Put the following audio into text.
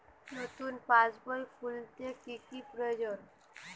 নতুন পাশবই খুলতে কি কি প্রয়োজন?